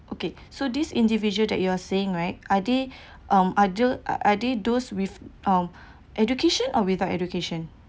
okay so these individual that you're saying right are they um other are they those with um education or without education